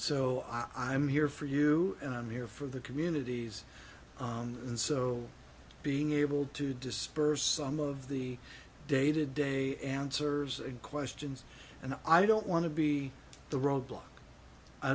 so i am here for you and i'm here for the communities and so being able to disperse some of the day to day answers and questions and i don't want to be the